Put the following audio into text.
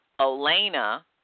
Elena